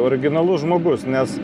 originalus žmogus nes